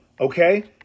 okay